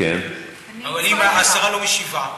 אבל אם השרה לא משיבה?